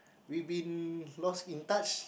we been lost in touch